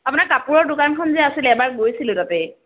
আপোনাৰ কাপোৰৰ দোকানখন যে আছিলে আমাৰ গৈছিলোঁ তাতেই